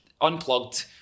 Unplugged